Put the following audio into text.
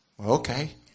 Okay